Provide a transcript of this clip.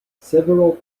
several